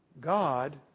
God